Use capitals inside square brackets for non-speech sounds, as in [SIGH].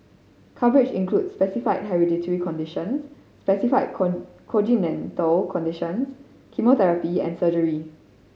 coverage includes specified hereditary conditions specified [UNINTELLIGIBLE] congenital conditions chemotherapy and surgery